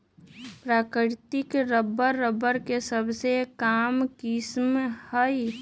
प्राकृतिक rubber, rubber के सबसे आम किस्म हई